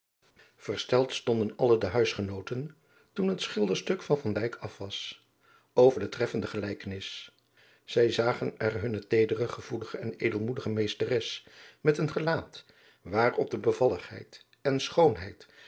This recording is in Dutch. versteld stonden alle de huisgenooten toen het schilderstuk van van dijk af was over de treffende gelijkenis zij zagen er hunne teedere gevoelige en edelmoedige meesteres met een gelaat waarop de adriaan loosjes pzn het leven van maurits lijnslager bevalligheid en schoonheid